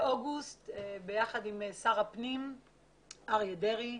באוגוסט ביחד עם שר הפנים אריה דרעי,